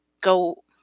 go